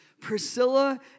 Priscilla